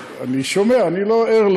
זה לא היה ככה.